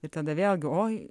ir tada vėlgi oi